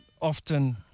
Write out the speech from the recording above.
often